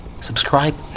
Subscribe